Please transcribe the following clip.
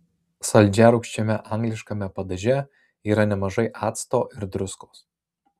saldžiarūgščiame angliškame padaže yra nemažai acto ir druskos